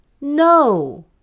no